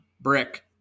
Brick